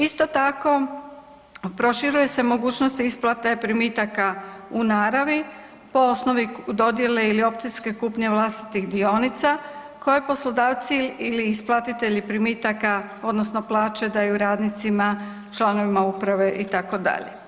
Isto tako proširuje se mogućnost isplate primitaka u naravi po osnovi dodjele ili opcijske kupnje vlastitih dionica koje poslodavci ili isplatitelji primitaka odnosno plaće daju radnicima, članovima uprave itd.